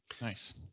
nice